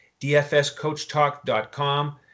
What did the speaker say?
dfscoachtalk.com